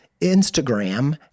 Instagram